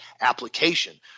application